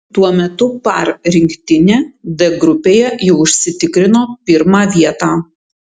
tuo metu par rinktinė d grupėje jau užsitikrino pirmą vietą